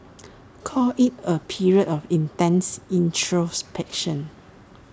call IT A period of intense introspection